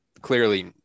clearly